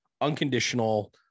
unconditional